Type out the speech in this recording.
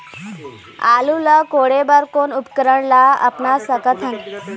आलू ला कोड़े बर कोन उपकरण ला अपना सकथन?